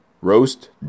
Roast